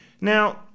now